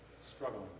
struggling